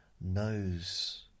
knows